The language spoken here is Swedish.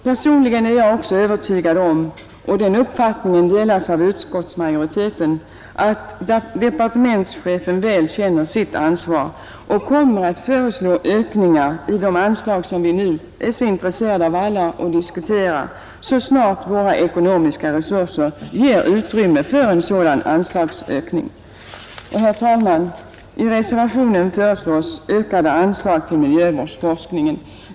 Personligen är jag övertygad om — och den uppfattningen delas av utskottsmajoriteten — att departementschefen väl känner sitt ansvar och att han så snart våra ekonomiska resurser ger utrymme för anslagshöjning kommer att föreslå ökningar i de anslag som vi nu alla är så intresserade av och diskuterar. Herr talman! I reservationerna föreslås ökade anslag till miljövårdsforskningen.